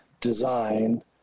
design